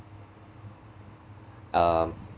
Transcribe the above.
um